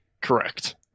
Correct